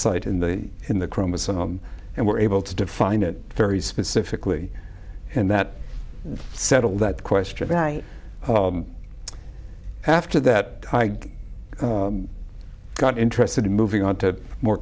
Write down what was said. site in the in the chromosome and we're able to define it very specifically and that settle that question by after that i got interested in moving on to more